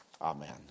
amen